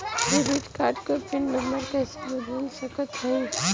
Debit card क pin number कइसे बदल सकत हई?